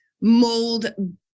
mold